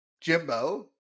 Jimbo